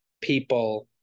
people